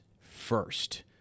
first